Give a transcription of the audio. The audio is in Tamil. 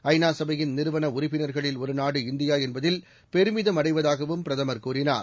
ஐநா சபையின் நிறுவன உறுப்பினர்களில் ஒரு நாடு இந்தியா என்பதில் பெருமிதம் அடைவதாகவும் பிரதமர் கூறினார்